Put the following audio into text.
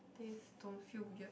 taste don't feel weird